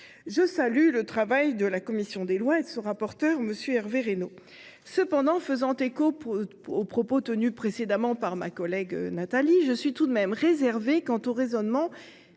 Je salue le travail de la commission des lois et de son rapporteur, M. Hervé Reynaud. Cependant, faisant écho aux propos tenus précédemment par Nathalie Goulet, je suis tout de même réservée quant au raisonnement